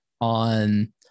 on